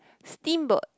steamboat